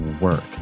work